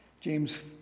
James